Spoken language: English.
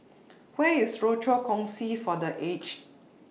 Where IS Rochor Kongsi For The Aged